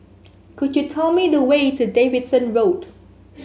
could you tell me the way to Davidson Road